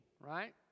right